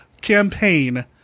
campaign